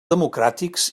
democràtics